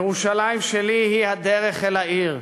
ירושלים שלי היא הדרך אל העיר.